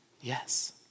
Yes